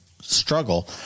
struggle